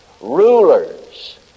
rulers